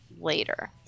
later